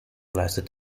leistet